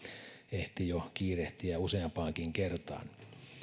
ehti jo kiirehtiä useampaankin kertaan